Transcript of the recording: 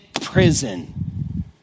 prison